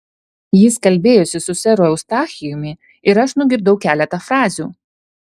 jis kalbėjosi su seru eustachijumi ir aš nugirdau keletą frazių